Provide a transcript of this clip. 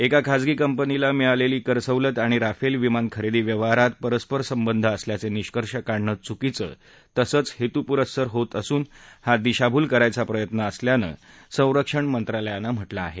एका खासगी कंपनीला मिळालेली करसवलत आणि राफेल विमानखरेदी व्यवहारात परस्पर संबंध असल्याचे निष्कर्ष काढणं चुकीचं तसंच हेतुपुस्सर होत असून हा दिशाभूल करायचा प्रयत्न असल्यानं संरक्षण मंत्रालयानं म्हटलं आहे